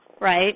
right